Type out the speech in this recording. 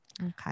Okay